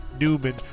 Newman